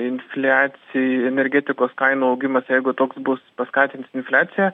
infliaci energetikos kainų augimas jeigu toks bus paskatins infliaciją